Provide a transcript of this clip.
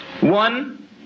One